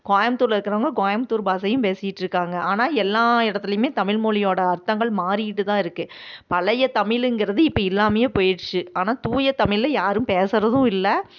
கோயம்புத்தூரில் இருக்கிறவங்க கோயம்புத்தூர் பாஷையும் பேசிக்கிட்டு இருக்காங்க ஆனால் எல்லா இடத்துலையுமே தமிழ்மொழியோடய அர்த்தங்கள் மாறிக்கிட்டு தான் இருக்குது பழைய தமிழுங்கிறது இப்போ இல்லாமையே போயிடுச்சு ஆனால் தூய தமிழில் யாரும் பேசறதும் இல்லை